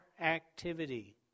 activity